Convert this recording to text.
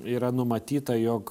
yra numatyta jog